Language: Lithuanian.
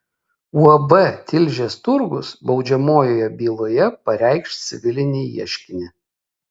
uab tilžės turgus baudžiamojoje byloje pareikš civilinį ieškinį